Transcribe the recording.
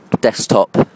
desktop